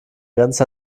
grenzt